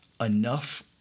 enough